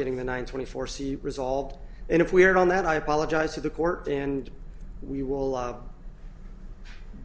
getting the one twenty four see resolved and if we erred on that i apologize to the court and we will